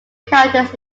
characters